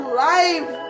life